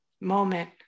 Moment